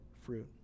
fruit